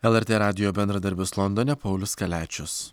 lrt radijo bendradarbis londone paulius kaliačius